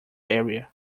area